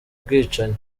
bwicanyi